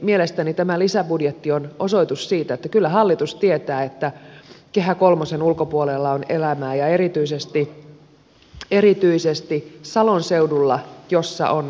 mielestäni tämä lisäbudjetti on osoitus siitä että kyllä hallitus tietää että kehä kolmosen ulkopuolella on elämää ja erityisesti salon seudulla jossa on voimakas rakennemuutos